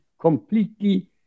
completely